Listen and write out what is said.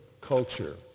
culture